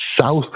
South